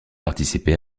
participé